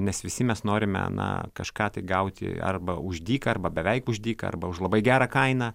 nes visi mes norime na kažką tai gauti arba už dyką arba beveik už dyką arba už labai gerą kainą